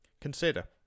Consider